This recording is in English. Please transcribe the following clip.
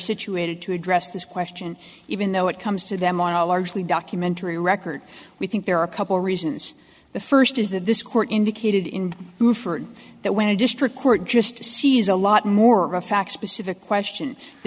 situated to address this question even though it comes to them on a largely documentary record we think there are a couple reasons the first is that this court indicated in that when a district court just sees a lot more of a fact specific question the